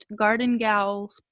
GardenGals